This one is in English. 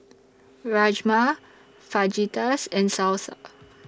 Rajma Fajitas and Salsa